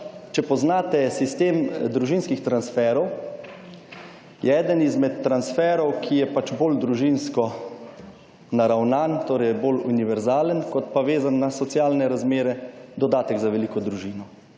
če poznate sistem družinskih transferov je eden izmed transferov, ki je bolj družinsko naravnan, torej je bolj univerzalen kot pa vezan na socialne razmere, dodatek za veliko družino